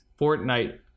Fortnite